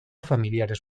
familiares